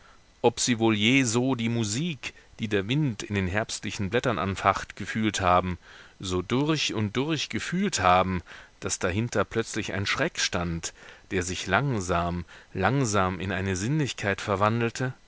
ob sie wohl je so die musik die der wind in den herbstlichen blättern anfacht gefühlt haben so durch und durch gefühlt haben daß dahinter plötzlich ein schreck stand der sich langsam langsam in eine sinnlichkeit verwandelte